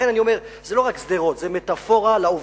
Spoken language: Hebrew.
לכן אני אומר, זה לא רק שדרות, זה מטאפורה לעובדה